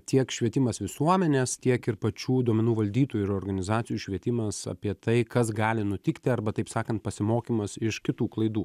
tiek švietimas visuomenės tiek ir pačių duomenų valdytojų ir organizacijų švietimas apie tai kas gali nutikti arba taip sakant pasimokymas iš kitų klaidų